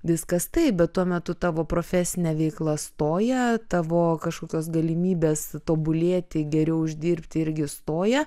viskas taip bet tuo metu tavo profesinė veikla stoja tavo kažkokios galimybės tobulėti geriau uždirbti irgi stoja